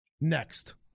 next